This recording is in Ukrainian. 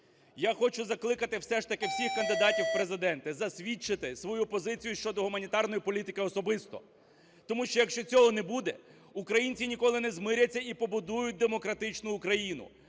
Я хочу закликати все ж таки всіх кандидатів в Президенти засвідчити свою позицію щодо гуманітарної політики особисто. Тому що, якщо цього не буде, українці ніколи не змиряться і побудують демократичну Україну,